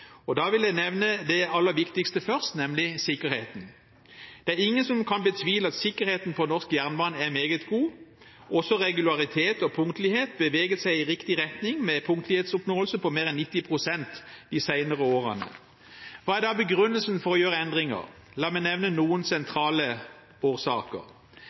dag. Da vil jeg nevne det aller viktigste først, nemlig sikkerheten. Det er ingen som kan betvile at sikkerheten på norsk jernbane er meget god. Også regularitet og punktlighet beveger seg i riktig retning, med en punktlighetsoppnåelse på mer enn 90 pst. de senere årene. Hva er da begrunnelsen for å gjøre endringer? La meg nevne noen sentrale årsaker.